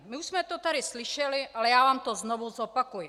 My už jsme to tady slyšeli, ale já vám to znovu zopakuji.